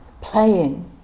playing